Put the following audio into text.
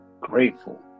grateful